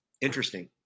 Interesting